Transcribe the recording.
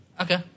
Okay